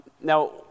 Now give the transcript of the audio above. now